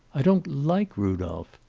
i don't like rudolph.